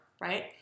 right